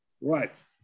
Right